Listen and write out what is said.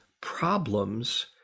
problems